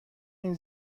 این